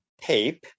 tape